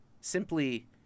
simply